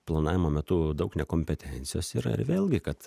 planavimo metu daug nekompetencijos yra ir vėlgi kad